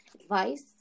advice